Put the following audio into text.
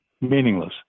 meaningless